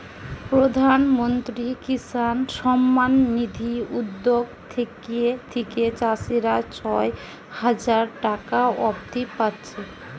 প্রধানমন্ত্রী কিষান সম্মান নিধি উদ্যগ থিকে চাষীরা ছয় হাজার টাকা অব্দি পাচ্ছে